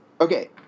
Okay